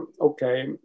okay